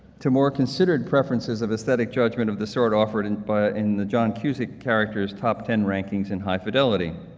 to more considered preferences of aesthetic judgment of the sort offered and but in the john cusack character's top ten rankings in high fidelity.